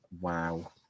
wow